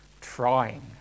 trying